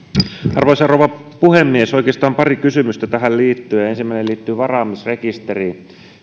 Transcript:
arvoisa rouva puhemies oikeastaan on pari kysymystä tähän liittyen ensimmäinen liittyy varaamisrekisteriin